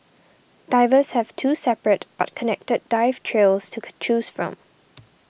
divers have two separate but connected dive trails to choose from